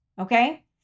Okay